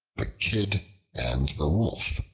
the kid and the wolf